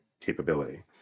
capability